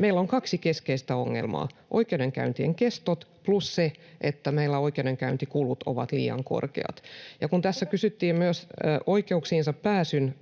Meillä on kaksi keskeistä ongelmaa: oikeudenkäyntien kestot plus se, että meillä oikeudenkäyntikulut ovat liian korkeat. Kun tässä kysyttiin myös oikeuksiin pääsyn